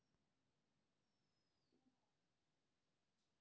हमू किसान छी हमरो के लोन मिल सके छे?